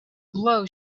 blow